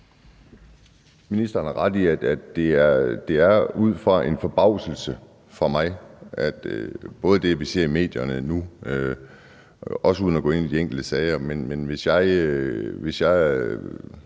Ministeren ret i, at jeg spørger ud fra en forbavselse over det, vi ser i medierne nu, også uden at gå ind i de enkelte sager. Hvis man